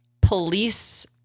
police